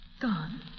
Gone